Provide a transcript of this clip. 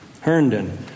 Herndon